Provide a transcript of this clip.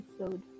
episode